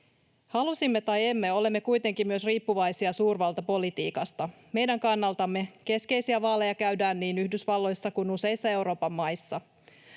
Halusimme tai emme, olemme kuitenkin myös riippuvaisia suurvaltapolitiikasta. Meidän kannaltamme keskeisiä vaaleja käydään niin Yhdysvalloissa kuin useissa Euroopan maissa.